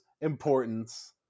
importance